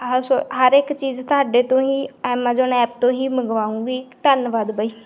ਆਹ ਸੋ ਹਰ ਇੱਕ ਚੀਜ਼ ਤੁਹਾਡੇ ਤੋਂ ਹੀ ਐਮਾਜੋਨ ਐਪ ਤੋਂ ਹੀ ਮੰਗਵਾਊਗੀ ਧੰਨਵਾਦ ਬਈ